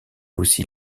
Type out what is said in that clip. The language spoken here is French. aussi